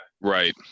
Right